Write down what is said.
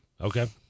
Okay